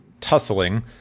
tussling